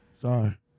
Sorry